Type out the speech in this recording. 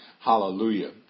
Hallelujah